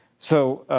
so,